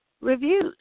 reviews